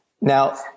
Now